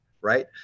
Right